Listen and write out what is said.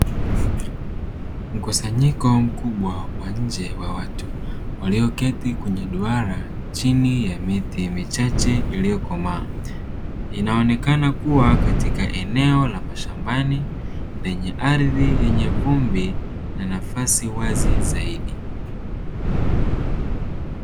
Mkusanyiko mkubwa wa nje wa watu walioketi kwenye duara chini ya miti michache iliyokomaa inaonekana kuwa katika eneo la mashambani lenye ardhi yenye vumbi na nafasi wazi zaidi.